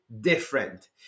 different